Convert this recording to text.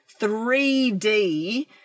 3D-